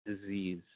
disease